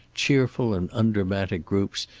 cheerful and undramatic groups,